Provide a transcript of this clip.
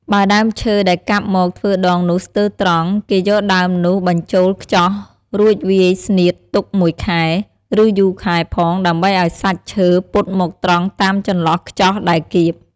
បើដើមឈើដែលកាប់មកធ្វើដងនោះស្ទើរត្រង់ គេយកដើមនោះបញ្ចូលខ្ចោះ រួចវាយស្នៀតទុកមួយខែ ឬយូរខែផង ដើម្បីឲ្យសាច់ឈើពត់មកត្រង់តាមចន្លោះខ្ចោះដែលកៀប ។